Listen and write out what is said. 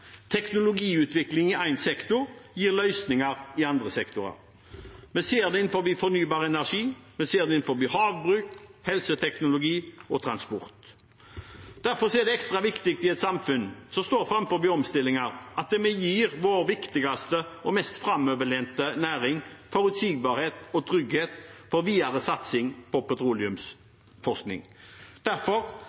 Teknologiutvikling i én sektor, gir løsninger i andre sektorer. Vi ser det innen fornybar energi, vi ser det innen havbruk, helseteknologi og transport. Derfor er det ekstra viktig i et samfunn som står foran omstillinger, at vi gir vår viktigste og mest framoverlente næring forutsigbarhet og trygghet for videre satsing på petroleumsforskning. Derfor